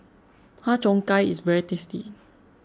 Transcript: Har Cheong Gai is very tasty